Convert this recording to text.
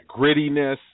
grittiness